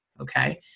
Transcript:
okay